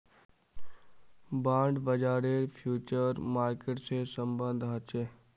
bond बाजारेर future market से सम्बन्ध ह छे